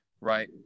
right